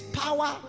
power